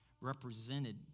represented